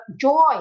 joy